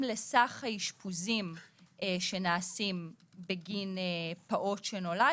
לסך האשפוזים שנעשים בגין פעוט שנולד,